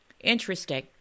Interesting